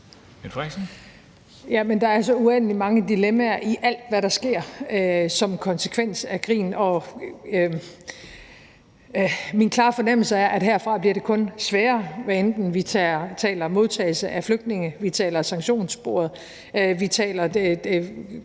der er så uendelig mange dilemmaer i alt, hvad der sker som en konsekvens af krigen, og min klare fornemmelse er, at det herfra kun bliver sværere, hvad enten vi taler modtagelse af flygtninge, vi taler sanktionssporet, eller